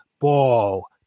ball